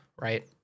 right